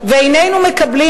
ואיננו מקבלים,